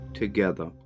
together